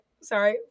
Sorry